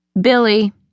Billy